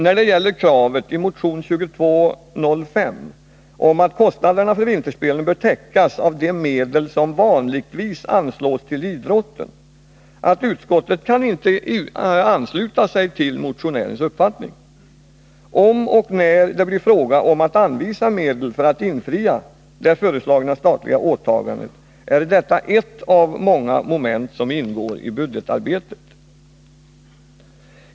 När det gäller kravet i motion 2205 på att kostnaderna för vinterspelen bör täckas av de medel som vanligtvis anslås till idrotten har utskottet sagt att det inte kan ansluta sig till motionärens uppfattning. Om och när det blir fråga om att anvisa medel för att infria det föreslagna statliga åtagandet, är detta ett av många moment som ingår i budgetarbetet.